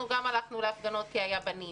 אנחנו גם הלכנו להפגנות כי היו בנים.